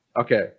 okay